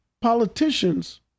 politicians